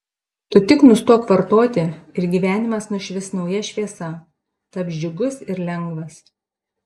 tu tik nustok vartoti ir gyvenimas nušvis nauja šviesa taps džiugus ir lengvas